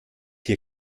hier